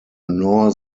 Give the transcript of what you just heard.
nor